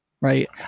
right